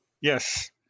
Yes